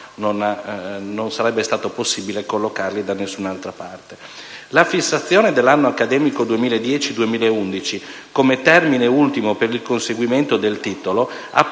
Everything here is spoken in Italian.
non sarebbe stato possibile collocarli da nessuna altra parte. La fissazione dell'anno accademico 2010-2011 come termine ultimo per il conseguimento del titolo